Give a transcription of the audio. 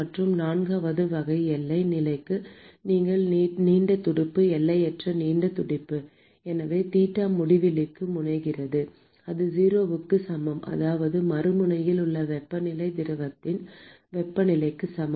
மற்றும் நான்காவது வகை எல்லை நிலைக்கு நீங்கள் நீண்ட துடுப்பு எல்லையற்ற நீண்ட துடுப்பு எனவே தீட்டா x முடிவிலிக்கு முனைகிறது அது 0 க்கு சமம் அதாவது மறுமுனையில் உள்ள வெப்பநிலை திரவத்தின் வெப்பநிலைக்கு சமம்